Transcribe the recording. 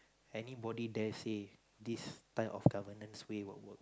anybody dare say this type of governance way will work